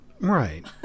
right